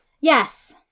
Yes